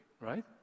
right